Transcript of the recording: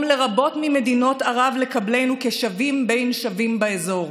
לרבות ממדינות ערב לקבלנו כשווים בין שווים באזור,